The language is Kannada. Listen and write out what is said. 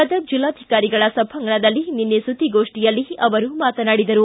ಗದಗ ಜಿಲ್ಲಾಧಿಕಾರಿಗಳ ಸಭಾಂಗಣದಲ್ಲಿ ನಿನ್ನೆ ಸುದ್ದಿಗೋಷ್ಠಿಯಲ್ಲಿ ಅವರು ಮಾತನಾಡಿದರು